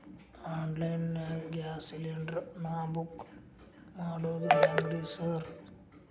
Online ನಾಗ gas cylinder ನಾ book ಮಾಡೋದ್ ಹೆಂಗ್ರಿ ಸಾರ್?